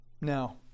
Now